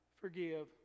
forgive